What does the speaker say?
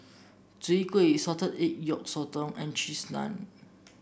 Soon Kway Salted Egg Yolk Sotong and Cheese Naan